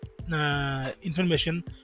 Information